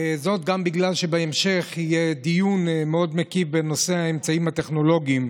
זאת גם בגלל שבהמשך יהיה דיון מאוד מקיף בנושא האמצעים הטכנולוגיים.